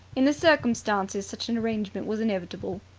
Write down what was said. in the circumstances, such an arrangement was inevitable.